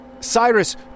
Cyrus